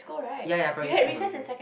ya ya primary school primary school